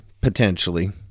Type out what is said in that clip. potentially